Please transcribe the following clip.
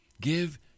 Give